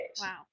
Wow